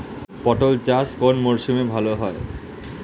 পটল চাষ কোন মরশুমে ভাল হয়?